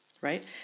right